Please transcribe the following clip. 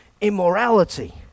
immorality